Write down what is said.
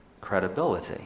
credibility